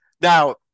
now